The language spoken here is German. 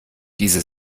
diese